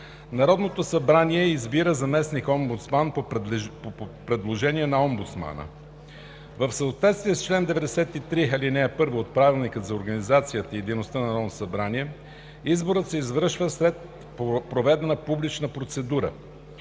Народното събрание избира заместник-омбудсман по предложение на омбудсмана. В съответствие с чл. 93, ал. 1 от Правилника за организацията и дейността на Народното събрание изборът се извършва след проведена публична процедура.